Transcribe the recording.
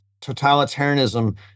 totalitarianism